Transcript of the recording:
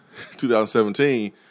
2017